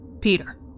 Peter